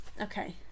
Okay